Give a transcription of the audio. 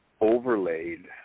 overlaid